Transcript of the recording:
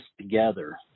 together